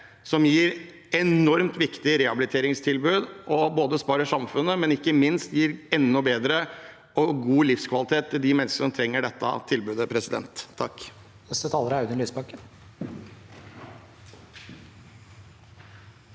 som gir enormt viktige rehabiliteringstilbud, sparer samfunnet og ikke minst gir enda bedre – og god – livskvalitet til de menneskene som trenger dette tilbudet. Audun Lysbakken